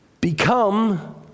become